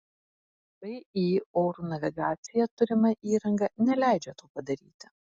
vį oro navigacija turima įranga neleidžia to padaryti